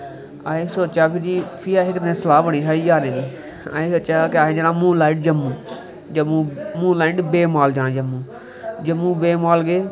फिरी असैं सोचेआ फिरी सलाह् बनी साढ़ी यारें दी असैं सोचेआ कि असैं जाना moon light Jammu Jammu moon light निं बेबमॉल जाना जम्मू जम्मू बेबमॉल गे